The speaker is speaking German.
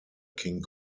king